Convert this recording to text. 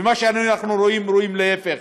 ומה שאנחנו רואים, אנחנו רואים את ההפך.